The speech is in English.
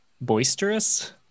Boisterous